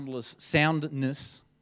soundness